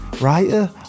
writer